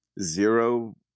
Zero